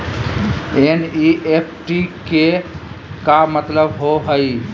NEFT के का मतलव होव हई?